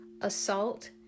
Assault